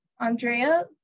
Andrea